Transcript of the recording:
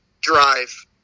drive